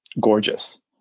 gorgeous